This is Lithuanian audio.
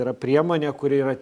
yra priemonė kuri yra